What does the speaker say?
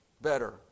better